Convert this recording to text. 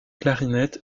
clarinette